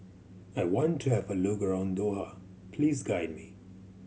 I want to have a look around Doha please guide me